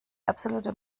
absoluter